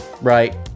Right